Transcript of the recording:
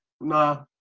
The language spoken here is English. Nah